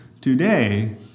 Today